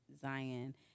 Zion